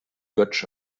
götsch